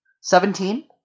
Seventeen